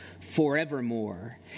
forevermore